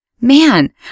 Man